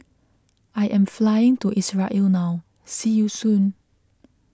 I am flying to Israel now see you soon